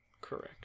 Correct